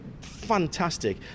fantastic